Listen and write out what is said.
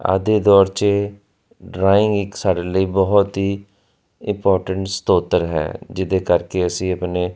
ਅੱਜ ਦੇ ਦੌਰ 'ਚ ਡਰਾਇੰਗ ਇੱਕ ਸਾਡੇ ਲਈ ਬਹੁਤ ਹੀ ਇੰਪੋਰਟੈਂਟ ਸਰੋਤ ਹੈ ਜਿਹਦੇ ਕਰਕੇ ਅਸੀਂ ਆਪਣੇ